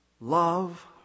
love